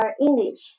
English